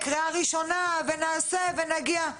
קריאה ראשונה ונעשה ונגיע.